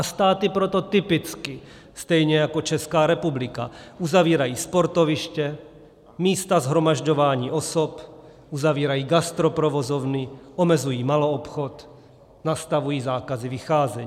Státy proto typicky stejně jako Česká republika uzavírají sportoviště, místa shromažďování osob, uzavírají gastroprovozovny, omezují maloobchod, nastavují zákazy vycházení.